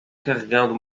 carregando